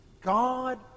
God